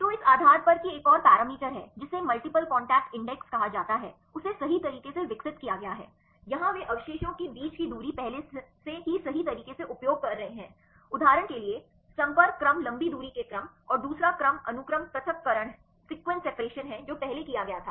तो इस आधार पर कि एक और पैरामीटर है जिसे मल्टीपल कॉन्टैक्ट इंडेक्स कहा जाता है उसे सही तरीके से विकसित किया गया है यहाँ वे अवशेषों के बीच की दूरी पहले से ही सही तरीके से उपयोग कर रहे हैं उदाहरण के लिए संपर्क क्रम लंबी दूरी के क्रम और दूसरा क्रम अनुक्रम पृथक्करण है जो पहले किया गया था